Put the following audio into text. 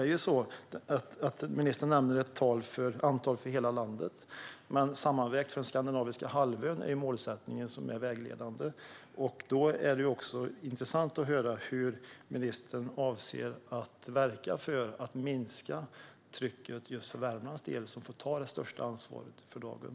Ministern nämnde ett antal för hela landet, men målsättningen som är vägledande är det sammanlagda antalet för den skandinaviska halvön. Då vore det intressant att höra hur ministern avser att verka för att minska trycket för Värmlands del - det är ju Värmland som får ta det största ansvaret för dagen.